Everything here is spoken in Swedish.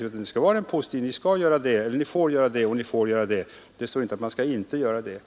utredningsarbete skall eller får genomföras.